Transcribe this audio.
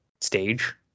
stage